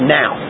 now